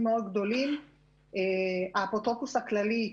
גדולים מאוד האפוטרופוס הכללי,